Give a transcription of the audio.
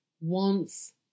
wants